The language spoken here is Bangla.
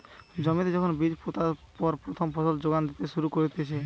জমিতে যখন বীজ পোতার পর প্রথম ফসল যোগান দিতে শুরু করতিছে